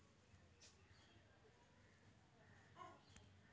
रघु वर्तमान वर्षत गन्ना उगाबे